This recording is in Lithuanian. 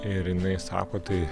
ir jinai sako tai